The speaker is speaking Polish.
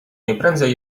najprędzej